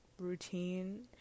routine